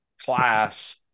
class